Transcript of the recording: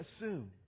assume